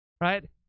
right